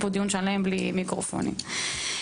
שלום בוקר טוב חברים חברות,